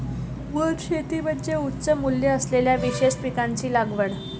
वनशेती म्हणजे उच्च मूल्य असलेल्या विशेष पिकांची लागवड